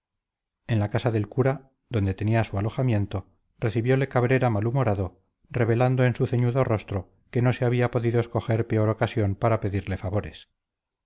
en la casa del cura donde tenía su alojamiento recibiole cabrera malhumorado revelando en su ceñudo rostro que no se había podido escoger peor ocasión para pedirle favores